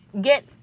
get